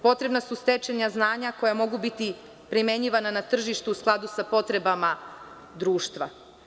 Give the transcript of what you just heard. Potrebna su stečena znanja koja mogu biti primenjivana na tržištu u skladu sa potrebama društva.